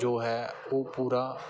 ਜੋ ਹੈ ਉਹ ਪੂਰਾ